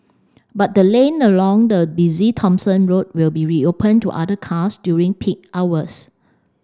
but the lane along the busy Thomson Road will be reopened to other cars during peak hours